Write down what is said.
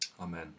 Amen